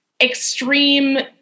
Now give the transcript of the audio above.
extreme